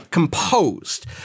Composed